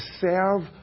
serve